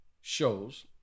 shows